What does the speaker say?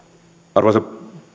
arvoisa